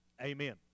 Amen